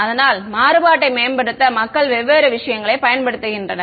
அதனால் மாறுபாட்டை மேம்படுத்த மக்கள் வெவ்வேறு விஷயங்களைப் பயன்படுத்துகின்றனர்